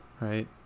right